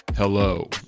Hello